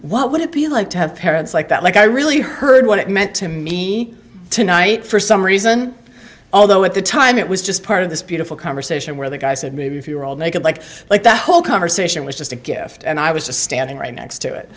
what would it be like to have parents like that like i really heard what it meant to me tonight for some reason although at the time it was just part of this beautiful conversation where the guy said maybe if you're all naked like like the whole conversation was just a gift and i was just standing right next to it